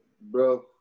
bro